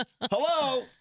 Hello